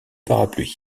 parapluies